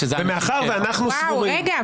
ומאחר שאנחנו סבורים --- רגע.